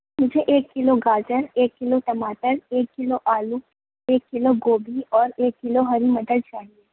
مجھے ایک کلو گاجر ایک کلو ٹماٹر ایک کلو آلو ایک کلو گوبھی اور ایک کلو ہری مٹر چاہیے